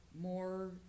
more